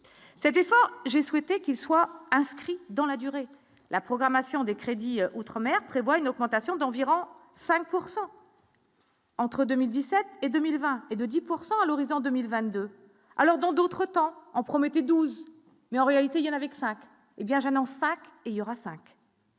cet effort, j'ai souhaité qu'il soit inscrit dans la durée, la programmation des crédits outre-mer prévoit une augmentation d'environ 5 pourcent. Entre 2017 et 2020 et de 10 pourcent à l'horizon 2022 alors dans d'autres temps en promettez 12, mais en réalité, il y en avec 5 hé bien gênant 5, il y aura 5.